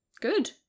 Good